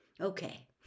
Okay